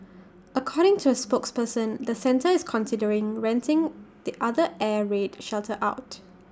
according to the spokesperson the centre is considering renting the other air raid shelter out